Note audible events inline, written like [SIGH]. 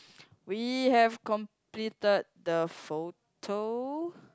[BREATH] we have completed the photo